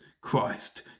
Christ